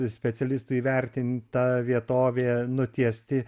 specialistų įvertinta vietovė nutiesti